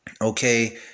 okay